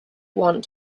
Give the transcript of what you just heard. want